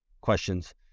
questions